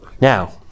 Now